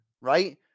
right